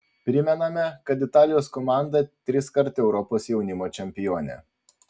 primename kad italijos komanda triskart europos jaunimo čempionė